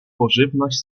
pożywność